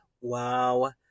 wow